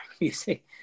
music